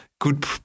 good